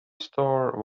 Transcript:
store